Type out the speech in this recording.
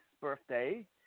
birthday